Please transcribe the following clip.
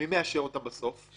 ומי מאשר אותם בסוף?